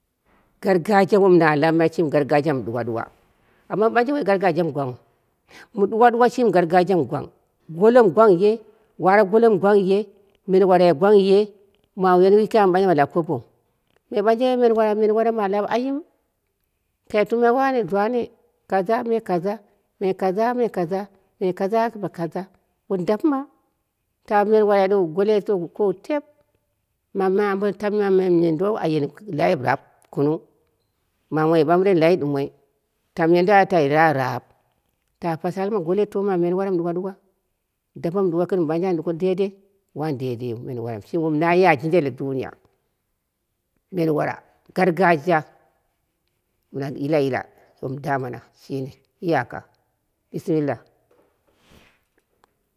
Gargajiya wom na lammai shimi gargajiya mi ɗuwa ɗuwa, amma ɓanje woi gargajiya mɨ gwanwu. mɨ ɗuwa ɗuwa shimi gargajiya mɨ gwang, golo mɨ gwangye, ware golo mɨ gwang ye, meuwarai gwang ye, mawuyan ɓanje woi wun ta lab kobou. me ɓanje menwara, menwara ma lab ayim kai kumbumai wane wane me kaza me kaza, me kaza wum dapɨma ta menwarai ɗou goloi ɗou kowu tep tam ma ma mamyendo a yeni layi raap kunung ma moi ɓamren layi ɗumoi tamye do a tai layi zaap ta pashara ma goloi to ma menwara mɨ ɗuɗu ɗuwa ɗuwa, dape mɨ ɗuwa gɨn mɨ ɓanje an ɗuko deidei, wani deideiyiu menwara shimi. wom na ya jinda la duniya, menwara gargajiya yilayila wom damana shine iyaka bishinla